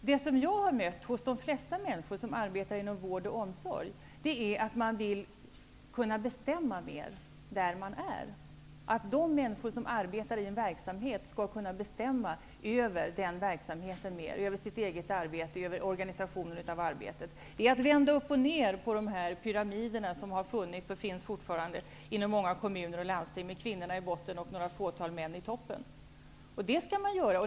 Det jag har mött hos de flesta som arbetar inom vård och omsorg är att man vill kunna bestämma mer där man är. De människor som arbetar i en verksamhet vill kunna bestämma mer över den verksamheten, över sitt eget arbete, över organisationen av arbetet. Det handlar om att vända upp och ned på de pyramider som har funnits och fortfarande finns inom många kommuner och landsting. Där är kvinnorna i botten och ett fåtal män i toppen.